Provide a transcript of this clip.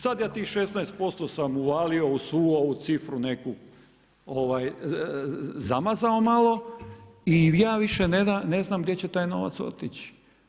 Sad ja tih 16% sam uvalio u svu ovu cifru neku, zamazao malo i ja više ne znam gdje će taj novac otići.